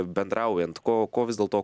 bendraujant ko ko vis dėlto